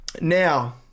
Now